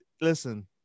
listen